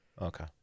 Okay